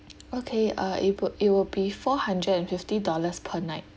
okay uh it will it will be four hundred and fifty dollars per night